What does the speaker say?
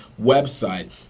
website